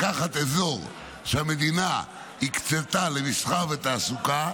לקחת אזור שהמדינה הקצתה למסחר ותעסוקה,